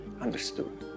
understood